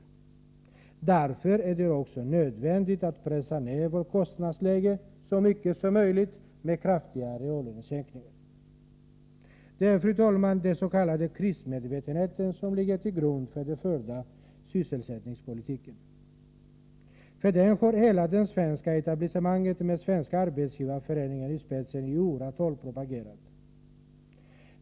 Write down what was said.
Därför är det också nödvändigt att pressa vårt kostnadsläge så mycket som möjligt, med kraftiga reallönesänkningar. Detta är, fru talman, den s.k. krismedvetenheten som ligger till grund för den förda sysselsättningspolitiken. För den har hela det svenska etablissemanget med Svenska arbetsgivareföreningen i spetsen i åratal propagerat.